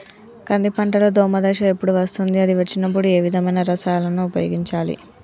కంది పంటలో దోమ దశ ఎప్పుడు వస్తుంది అది వచ్చినప్పుడు ఏ విధమైన రసాయనాలు ఉపయోగించాలి?